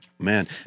Man